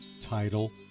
title